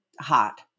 hot